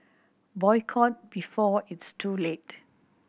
boycott before it's too late